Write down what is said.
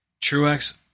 Truex